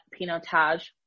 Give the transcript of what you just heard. Pinotage